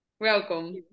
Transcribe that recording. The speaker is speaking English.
Welcome